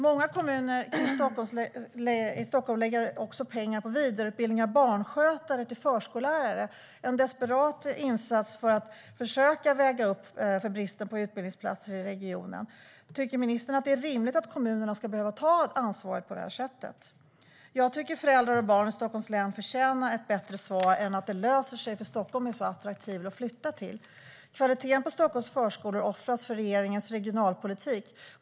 Många kommuner i Stockholm lägger pengar på vidareutbildning av barnskötare till förskollärare, en desperat insats för att försöka väga upp för bristen på utbildningsplatser i regionen. Tycker ministern att det är rimligt att kommunerna ska behöva ta ansvar på det sättet? Jag tycker att föräldrar och barn i Stockholms län förtjänar ett bättre svar än att det löser sig därför att Stockholm är attraktivt att flytta till. Kvaliteten på Stockholms förskolor offras för regeringens regionalpolitik.